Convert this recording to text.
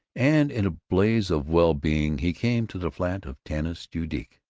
and in a blaze of well-being he came to the flat of tanis judique.